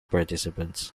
participants